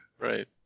Right